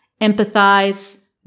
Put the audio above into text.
empathize